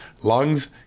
lungs